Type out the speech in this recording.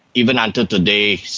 even until today,